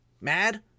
mad